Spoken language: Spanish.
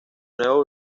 nuevo